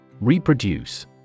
Reproduce